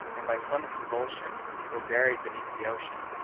and by some convulsion were buried beneath the ocean,